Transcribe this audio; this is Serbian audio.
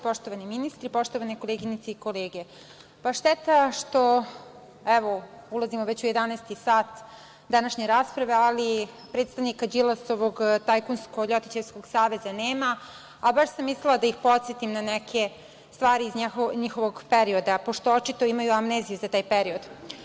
Poštovani ministri, poštovane koleginice i kolege, šteta što, evo ulazimo već u jedanaesti sat današnje rasprave, ali predstavnika Đilasovog tajkunsko ljotićevskog saveza nema, a baš sam mislila da ih podsetim na neke stvari iz njihovog perioda, pošto očito imaju amneziju za taj period.